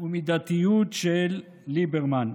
ומדתיות של ליברמן.